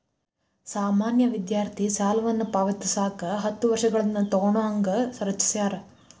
ಸಾಮಾನ್ಯ ವಿದ್ಯಾರ್ಥಿ ಸಾಲವನ್ನ ಪಾವತಿಸಕ ಹತ್ತ ವರ್ಷಗಳನ್ನ ತೊಗೋಣಂಗ ರಚಿಸ್ಯಾರ